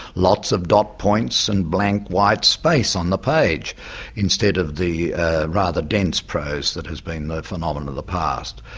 lots of dot points and blank white space on the page instead of the rather dense prose that has been the phenomenon of the past.